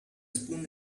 spoon